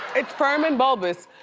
it's firm and bulbous.